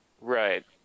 Right